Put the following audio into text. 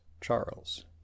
Charles